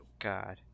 God